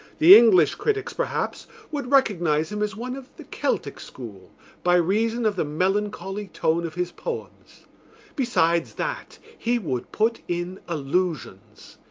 the english critics, perhaps, would recognise him as one of the celtic school by reason of the melancholy tone of his poems besides that, he would put in allusions.